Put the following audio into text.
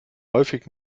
häufig